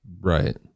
Right